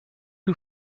who